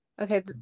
Okay